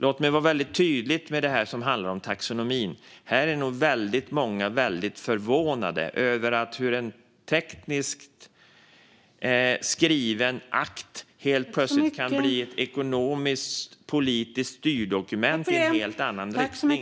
Låt mig vara väldigt tydlig när det gäller taxonomin: Här är nog många väldigt förvånade över hur en tekniskt skriven akt helt plötsligt kan bli ett ekonomisk-politiskt styrdokument i en helt annan riktning.